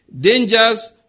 dangers